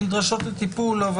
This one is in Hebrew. נפרדות שנדרשות לטיפול?